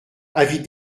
avis